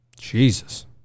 jesus